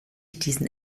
diesen